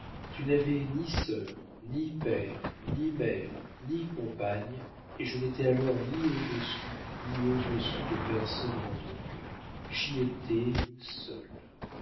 tu n'avais ni sœur ni père ni mère ni compagne et je n'étais alors ni au-dessus ni au-dessous de personne dans ton cœur j'y étais seul